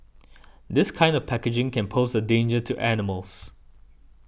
this kind of packaging can pose a danger to animals